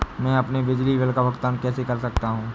मैं अपने बिजली बिल का भुगतान कैसे कर सकता हूँ?